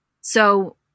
So-